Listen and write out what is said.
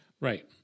Right